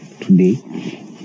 today